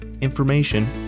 information